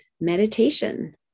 meditation